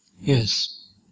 Yes